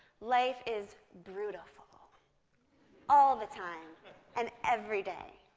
life is brutaful all the time and every day.